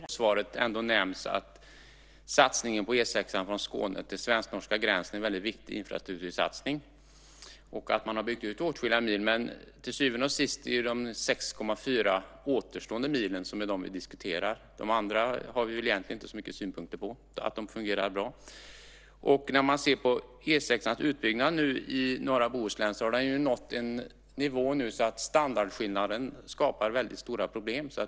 Fru talman! Jag vill också understryka det som Åsa Torstensson tog upp, nämligen att det i slutet av svaret nämns att satsningen på E 6:an från Skåne till svensk-norska gränsen är en väldigt viktig infrastruktursatsning och att man har byggt ut åtskilliga mil. Till syvende och sist är det de 6,4 återstående milen som vi diskuterar. De andra har vi egentligen inte så mycket synpunkter på mer än att de fungerar bra. När man ser på E 6:ans utbyggnad i norra Bohuslän har den nått en nivå så att standardskillnaden skapar stora problem.